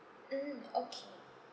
mm okay